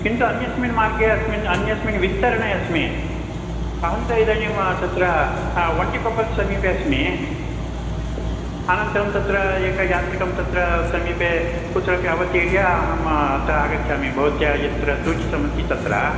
किन्तु अन्यस्मिन् मार्गे अस्मिन् अन्यस्मिन् विस्तरणे अस्मि अहं तु इदानीं तत्र वण्टिकोप्पल् समीपे अस्मि अनन्तरं तत्र एकं यात्रिकं तत्र समीपे कुत्रापि अवतीर्य अहम् अत्र आगच्छामि भवत्याः यत्र सूचितमस्ति तत्र